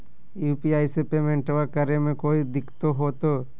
UPI से पेमेंटबा करे मे कोइ दिकतो होते?